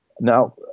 Now